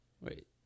Wait